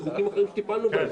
בחוקים אחרים שטיפלנו בהם.